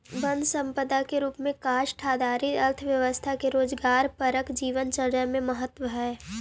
वन सम्पदा के रूप में काष्ठ आधारित अर्थव्यवस्था के रोजगारपरक जीवनचर्या में महत्त्व हइ